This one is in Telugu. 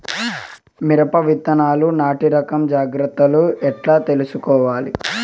మిరప విత్తనాలు నాటి రకం జాగ్రత్తలు ఎట్లా తీసుకోవాలి?